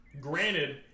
Granted